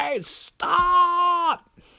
Stop